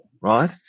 right